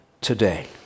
today